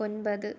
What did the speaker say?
ഒൻപത്